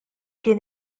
kien